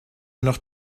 noch